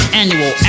annual